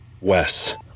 Wes